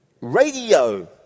radio